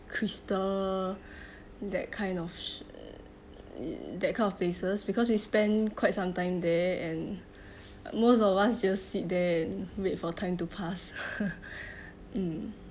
crystal that kind of that kind of places because we spend quite some time there and most of us just sit there and wait for time to pass mm